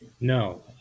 No